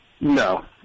No